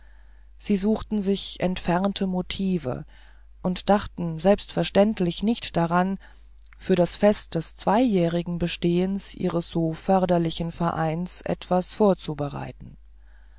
sie suchten sich entfernte motive und dachten selbstverständlich nicht daran für das fest des zweijährigen bestehens ihres so förderlichen vereins etwas vorzubereiten